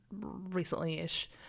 recently-ish